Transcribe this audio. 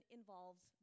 involves